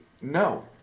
No